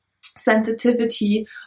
sensitivity